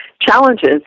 challenges